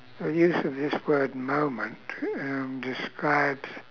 the use of this word moment um describes